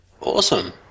awesome